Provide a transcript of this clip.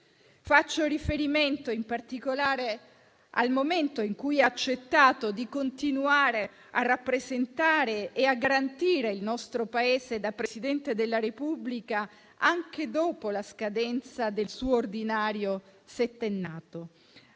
Faccio riferimento, in particolare, al momento in cui ha accettato di continuare a rappresentare e a garantire il nostro Paese, da Presidente della Repubblica, anche dopo la scadenza del suo ordinario settennato,